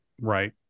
Right